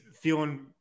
feeling